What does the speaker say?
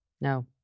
No